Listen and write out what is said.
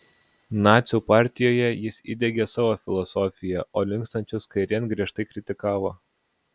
nacių partijoje jis įdiegė savo filosofiją o linkstančius kairėn griežtai kritikavo